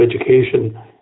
Education